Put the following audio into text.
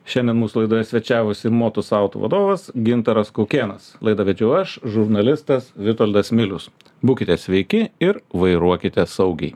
šiandien mūsų laidoje svečiavosi motus auto vadovas gintaras kaukėnas laidą vedžiau aš žurnalistas vitoldas milius būkite sveiki ir vairuokite saugiai